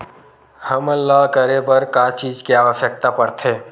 हमन ला करे बर का चीज के आवश्कता परथे?